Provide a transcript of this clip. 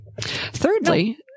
Thirdly